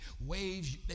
waves